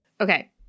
Okay